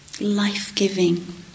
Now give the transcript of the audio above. life-giving